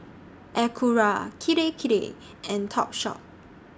Acura Kirei Kirei and Topshop